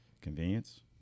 Convenience